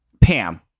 Pam